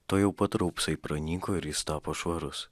tuojau pat raupsai pranyko ir jis tapo švarus